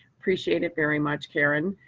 appreciate it very much, karyn.